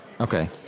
Okay